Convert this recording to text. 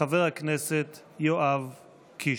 חבר הכנסת יואב קיש.